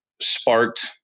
sparked